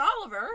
Oliver